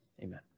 Amen